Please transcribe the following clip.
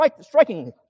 striking